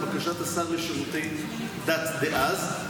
לבקשת השר לשירותי דת דאז,